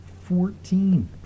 Fourteen